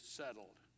settled